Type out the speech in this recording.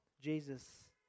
Jesus